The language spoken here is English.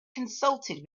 consulted